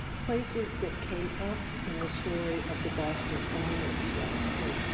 places that came up in the story of the boston bombers last spring.